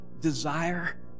desire